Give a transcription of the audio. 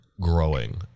growing